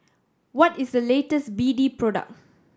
what is the latest B D product